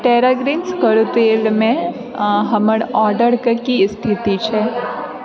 टेरा Greens करू तेल मे हमर ऑर्डरक स्थिति की अछि